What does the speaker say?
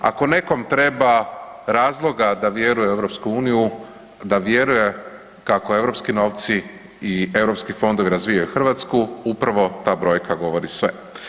Ako nekom treba razloga da vjeruje u EU da vjeruje kako europski novci i europski fondovi razvijaju Hrvatsku upravo ta brojka govori sve.